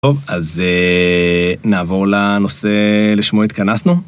טוב, אז נעבור לנושא לשמו התכנסנו.